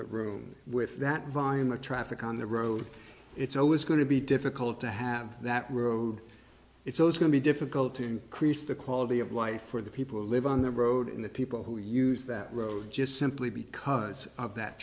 the room with that volume of traffic on the road it's always going to be difficult to have that road it's always going to be difficult to increase the quality of life for the people who live on the road and the people who use that road just simply because of that